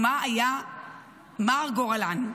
ומה היה מר גורלן.